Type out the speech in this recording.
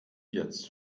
jetzt